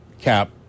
Cap